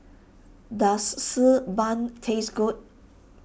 does Xi Ban taste good